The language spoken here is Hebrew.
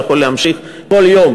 הוא יכול להמשיך כל יום,